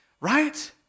Right